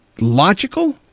logical